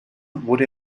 wurde